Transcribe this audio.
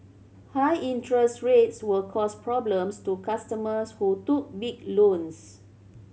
high interest rates will cause problems to customers who took big loans